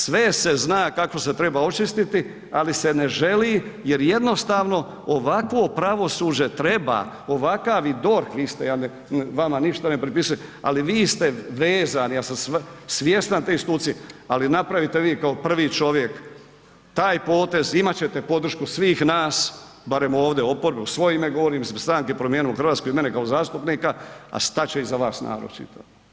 Sve se zna kako se treba očistiti, ali se ne želi jer jednostavno ovakvo pravosuđe treba, ovakav i DORH, vi ste, vama ništa ne pripisujem, ali vi ste vezani, ja sam svjestan te institucije, ali napravite vi kao prvi čovjek taj potez imat ćete podršku svih nas, barem ovdje oporbe, u svoje ime govorim, stranke Promijenimo Hrvatsku i mene kao zastupnika, a stat će iza vas narod čitav.